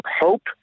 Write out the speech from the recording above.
hope